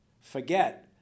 forget